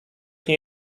nie